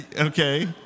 Okay